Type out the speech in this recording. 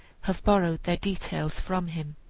have borrowed their details from him.